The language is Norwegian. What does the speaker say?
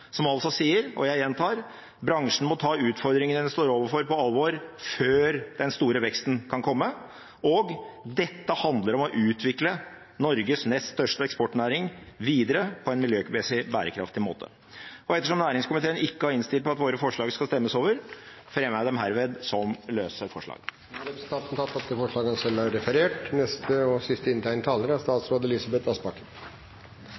som altså sier – og jeg gjentar: Bransjen må ta utfordringene den står overfor, på alvor før den store veksten kan komme. Dette handler om å utvikle Norges nest største eksportnæring videre på en miljømessig bærekraftig måte. Ettersom næringskomiteen ikke har innstilt på at våre forslag skal stemmes over, fremmer jeg dem herved som løse forslag. Representanten Rasmus Hansson har tatt opp de forslagene han refererte til. Det er sagt mye klokt om næringens betydning og